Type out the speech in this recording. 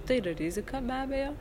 tai yra rizika be abejo